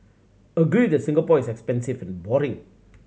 agree that Singapore is expensive and boring